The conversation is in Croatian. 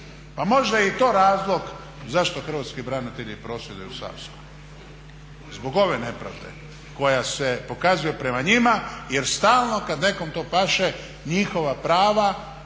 Pa možda je i to razlog zašto hrvatski branitelji prosvjeduju u Savskoj, zbog ove nepravde koja se pokazuje prema njima jer stalno kad nekom to paše njihova prava